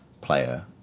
player